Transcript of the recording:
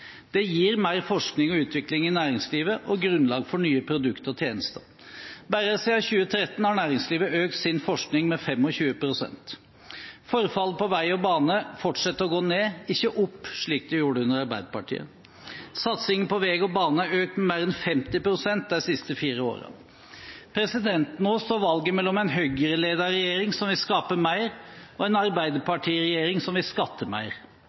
Det gir mer forskning og utvikling i næringslivet og grunnlag for nye produkter og tjenester. Bare siden 2013 har næringslivet økt sin forskning med 25 pst. Forfallet på vei og bane fortsetter å gå ned, ikke opp slik det gjorde under Arbeiderpartiet. Satsingen på vei og bane er økt med mer enn 50 pst. de siste fire årene. Nå står valget mellom en Høyre-ledet regjering som vil skape mer, og en Arbeiderparti-regjering som vil skatte mer.